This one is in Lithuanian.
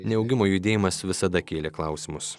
neaugimo judėjimas visada kėlė klausimus